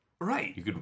Right